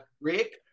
Rick